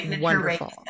wonderful